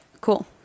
Cool